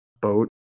boat